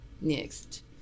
next